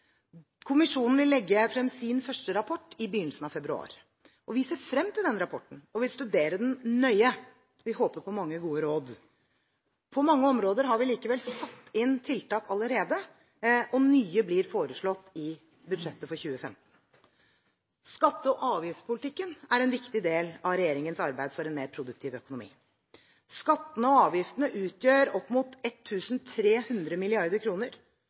Kommisjonen vil legge frem sin første rapport i begynnelsen av februar, og vi ser frem til denne rapporten og vil studere den nøye. Vi håper på mange gode råd. På mange områder har vi allerede satt inn tiltak og nye blir foreslått i budsjettet for 2015. Skatte- og avgiftspolitikken er en viktig del av regjeringens arbeid for en mer produktiv økonomi. Skattene og avgiftene utgjør opp mot